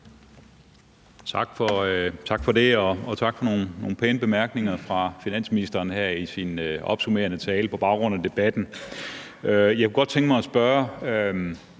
Tak for det, og tak for nogle pæne bemærkninger fra finansministeren i hans opsummerende tale af debatten. Jeg kunne godt tænke mig at spørge